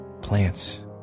plants